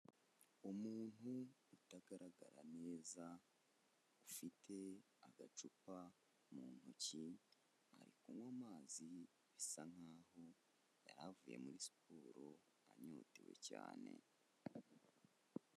Umuntu utagaragara neza, ufite agacupa mu ntoki ari kunywa amazi bisa nk'aho yaravuye muri siporo anyotewe cyane.